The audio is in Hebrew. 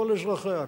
כל אזרחיה,